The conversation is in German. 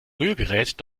rührgerät